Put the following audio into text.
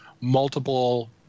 multiple